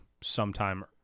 sometime